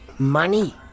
Money